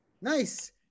Nice